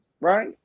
right